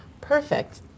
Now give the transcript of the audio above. perfect